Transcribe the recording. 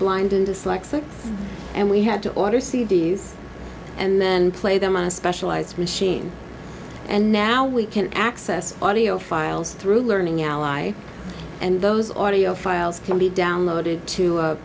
blind and dyslexic and we had to order c d s and then play them on a specialized machine and now we can access audio files through learning ally and those audio files can be downloaded to a